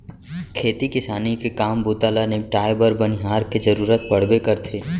खेती किसानी के काम बूता ल निपटाए बर बनिहार के जरूरत पड़बे करथे